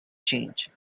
change